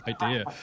idea